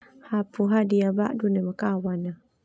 Hapu hadiah badu neme kawan.